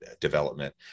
development